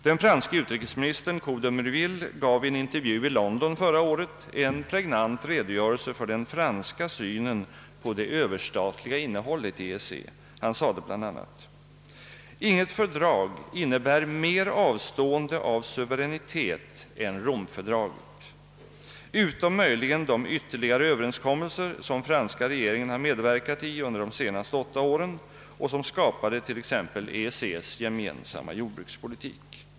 Den franske utrikesministern Couve de Murville gav i en intervju i London förra året en pregnant redogörelse för den franska synen på det överstatliga innehållet i EEC. Han sade bl.a.: »Inget fördrag innebär mer avstående av suveränitet än Romfördraget, utom möjligen de ytterligare överenskommelser som franska regeringen har medverkat i under de senaste åtta åren och som skapade till exempel EEC:s gemensamma jordbrukspolitik.